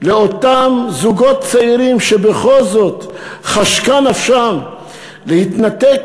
לאותם זוגות שבכל זאת חשקה נפשם להתנתק